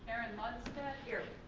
karin lundstedt. here.